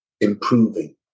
improving